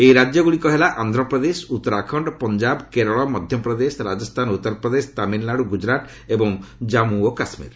ଏହି ରାଜ୍ୟଗୁଡ଼ିକ ହେଲା ଆନ୍ଧ୍ରପ୍ରଦେଶ ଉତ୍ତରାଖଣ୍ଡ ପଞ୍ଜାବ କେରଳ ମଧ୍ୟପ୍ରଦେଶ ରାଜସ୍ଥାନ ଉତ୍ତରପ୍ରଦେଶ ତାମିଲନାଡୁ ଗୁଜୁରାଟ ଏବଂ ଜାମ୍ମୁ କାଶ୍ମୀର